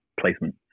placement